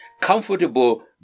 comfortable